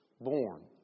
born